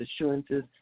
assurances